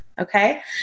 Okay